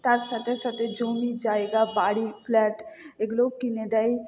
তার সাথে সাথে জমি জায়গা বাড়ি ফ্ল্যাট এগুলোও কিনে দেয়